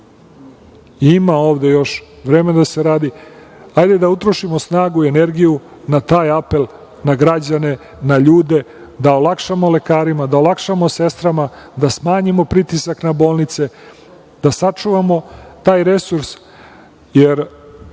Ima ovde još vremena da se radi. Hajde da utrošimo snagu i energiju na taj apel, na građane, na ljude, da olakšamo lekarima, da olakšamo sestrama, da smanjimo pritisak na bolnice, da sačuvamo taj resurs, jer